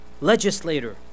legislator